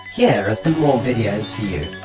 here are some more videos for you!